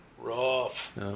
Rough